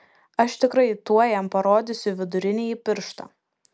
aš tikrai tuoj jam parodysiu vidurinįjį pirštą